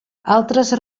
altres